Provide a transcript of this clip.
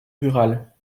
rurales